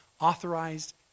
authorized